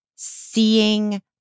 seeing